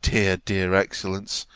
dear, dear excellence!